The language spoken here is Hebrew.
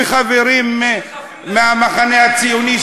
וחברים מהמחנה הציוני,